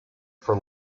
for